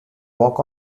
walk